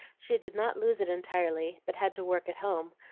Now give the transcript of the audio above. she did not lose it entirely, but had to work at home,